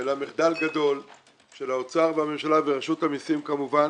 אלא של האוצר והממשלה ורשות המסים כמובן,